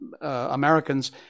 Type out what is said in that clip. Americans